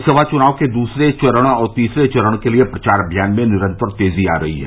लोकसभा चुनाव के दूसरे चरण और तीसरे चरण के लिए प्रचार अभियान में निरन्तर तेज़ी आ रही है